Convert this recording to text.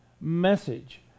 message